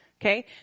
Okay